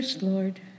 Lord